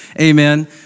Amen